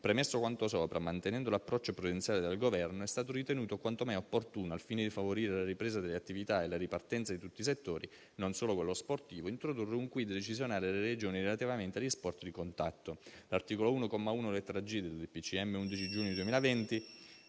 Premesso quanto sopra, mantenendo l'approccio prudenziale del Governo, è stato ritenuto quanto mai opportuno, al fine di favorire la ripresa delle attività e la ripartenza di tutti i settori, non solo quello sportivo, introdurre un *quid* decisionale alle Regioni relativamente agli sport di contatto. L'articolo 1, comma 1, lettera *g)* del